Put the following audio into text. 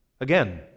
Again